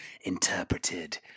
interpreted